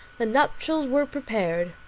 the nuptials were prepared.